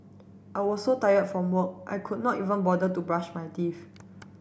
I was so tired from work I could not even bother to brush my teeth